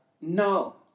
no